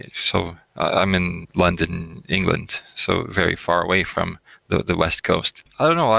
and so i'm in london, england. so very far away from the the west coast. i don't know.